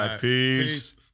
peace